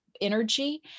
energy